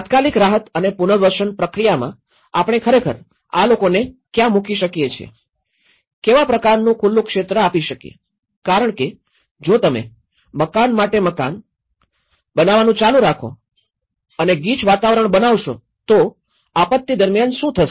તાત્કાલિક રાહત અને પુનર્વસન પ્રક્રિયામાં આપણે ખરેખર આ લોકોને ક્યાં મૂકી શકીએ છીએ કેવા પ્રકારનું ખુલ્લું ક્ષેત્ર આપી શકીયે કારણ કે જો તમે મકાન માટે મકાન મકાન માટે મકાન બનાવવાનું ચાલુ રાખો અને ગીચ વાતાવરણ બનાવશો તો આપત્તિ દરમિયાન શું થશે